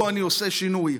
פה אני עושה שינוי.